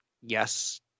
yes